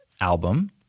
album